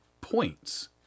points